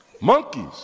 Monkeys